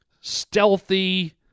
stealthy